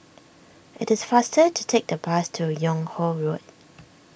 it is faster to take the bus to Yung Ho Road